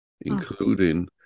including